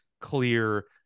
clear